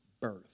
birth